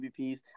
MVPs